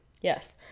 Yes